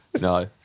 No